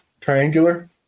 triangular